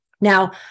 Now